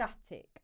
static